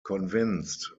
convinced